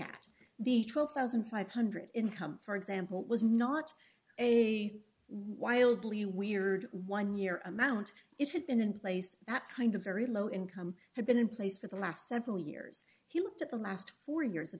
at the twelve thousand five hundred dollars income for example it was not a wildly weird one year amount it had been in place that kind of very low income had been in place for the last several years he looked at the last four years of